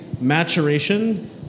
maturation